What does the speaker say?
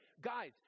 Guys